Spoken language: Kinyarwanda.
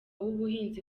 w’ubuhinzi